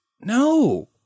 No